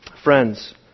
Friends